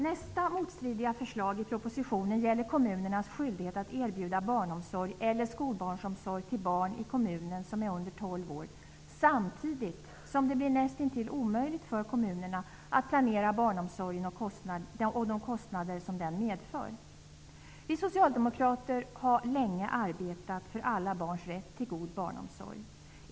Nästa motstridiga förslag i propositionen ger kommunerna en skyldighet att erbjuda barnomsorg eller skolbarnsomsorg till barn i kommunen som är under tolv år -- samtidigt som det blir näst intill omöjligt för kommunerna att planera barnomsorgen och de kostnader den medför. Vi socialdemokrater har länge arbetat för alla barns rätt till god barnomsorg.